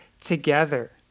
together